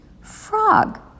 Frog